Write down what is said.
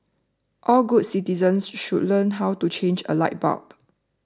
all good citizens should learn how to change a light bulb